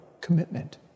commitment